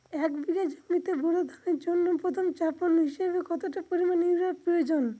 এক বিঘা জমিতে বোরো ধানের জন্য প্রথম চাপান হিসাবে কতটা পরিমাণ ইউরিয়া প্রয়োজন?